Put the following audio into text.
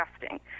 disgusting